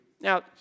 Now